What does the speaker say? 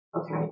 Okay